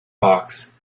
box